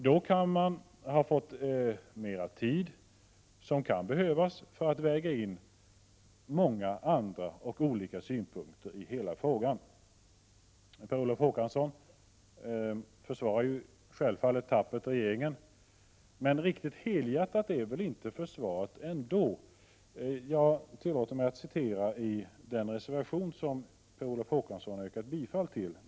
Då kan man ha fått mera tid som kan behövas för att väga in många andra synpunkter på hela frågan. Per Olof Håkansson försvarar självfallet tappert regeringen, men riktigt helhjärtat är väl ändå inte försvaret. Jag tillåter mig att citera ur den reservation som Per Olof Håkansson yrkat bifall till.